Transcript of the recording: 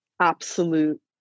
absolute